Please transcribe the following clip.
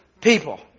people